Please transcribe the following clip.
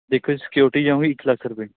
ਦੇਖੋ ਜੀ ਸਕਿਉਰਟੀ ਜਾਊਂਗੀ ਇੱਕ ਲੱਖ ਰੁਪਏ